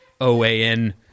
OAN